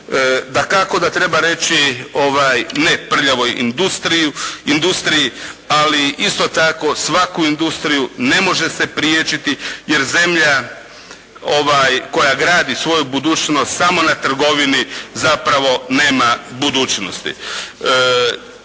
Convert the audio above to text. Dakako da treba reći ne prljavoj industriji ali isto tako svaku industriju ne može se priječiti jer zemlja koja gradi svoju budućnost samo na trgovini zapravo nema budućnosti.